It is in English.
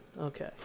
Okay